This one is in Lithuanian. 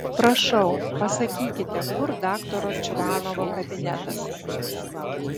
prašau pasakykite kur daktaro čvanovo kabinetas